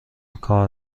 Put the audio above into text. کار